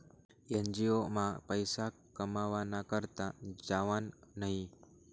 NGO मा पैसा कमावाना करता जावानं न्हयी